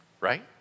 right